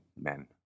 men